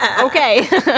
Okay